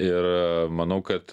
ir manau kad